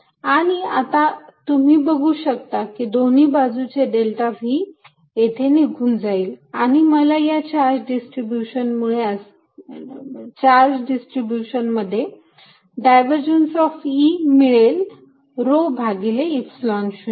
आणि आता तुम्ही बघू शकता दोन्ही बाजूचे डेल्टा V येथे निघून जाईल आणि मला या चार्ज डिस्ट्रीब्यूशन मध्ये डायव्हरजन्स ऑफ E मिळेल rho भागिले epsilon 0